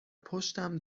پشتم